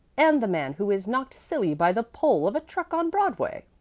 and the man who is knocked silly by the pole of a truck on broadway.